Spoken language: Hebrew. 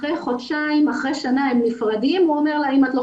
אחרי שנה הם נפרדים והוא אומר לה: אם את לא